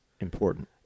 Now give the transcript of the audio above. important